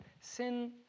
sin